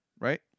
right